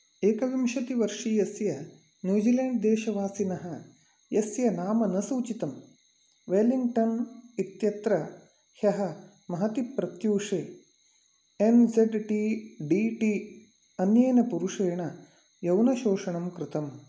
एकविंशतिवर्षीयस्य New Zealand देशवासिनः यस्य नाम न सूचितं वेलिङ्ग्टन् इत्यत्र ह्यः महति प्रत्यूषे N Z T D T अन्येन पुरुषेण यौनशोषणं कृतम्